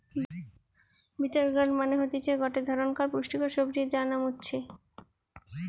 bitter gourd মানে হতিছে গটে ধরণকার পুষ্টিকর সবজি যার নাম উচ্ছে